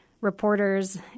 reporters